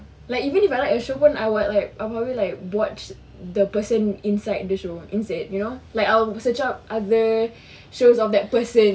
like even if I like a show pun I would like I probably like watch the person inside the show instead you know like I would search up other shows of that person